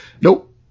Nope